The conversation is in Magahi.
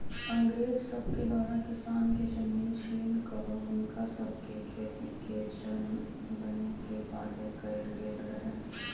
अंग्रेज सभके द्वारा किसान के जमीन छीन कऽ हुनका सभके खेतिके जन बने के बाध्य कएल गेल रहै